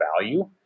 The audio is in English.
value